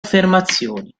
affermazioni